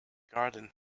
garden